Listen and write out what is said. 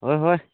হয় হয়